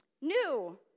new